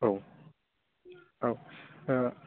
औ औ ओ